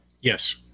yes